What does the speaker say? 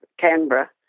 Canberra